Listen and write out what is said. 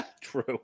True